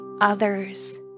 others